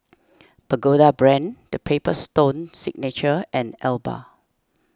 Pagoda Brand the Paper Stone Signature and Alba